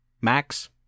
Max